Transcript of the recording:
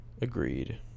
Agreed